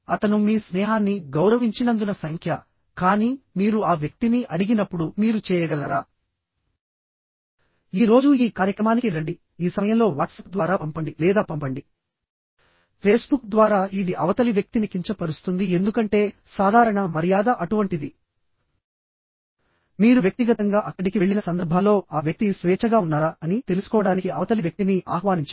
అతను మీ స్నేహాన్ని గౌరవించినందున సంఖ్య కానీ మీరు ఆ వ్యక్తిని అడిగినప్పుడు మీరు చేయగలరా ఈ రోజు ఈ కార్యక్రమానికి రండి ఈ సమయంలో వాట్సప్ ద్వారా పంపండి లేదా పంపండి ఫేస్బుక్ ద్వారా ఇది అవతలి వ్యక్తిని కించపరుస్తుంది ఎందుకంటే సాధారణ మర్యాద అటువంటిది మీరు వ్యక్తిగతంగా అక్కడికి వెళ్ళిన సందర్భాల్లో ఆ వ్యక్తి స్వేచ్ఛగా ఉన్నారా అని తెలుసుకోవడానికి అవతలి వ్యక్తిని ఆహ్వానించండి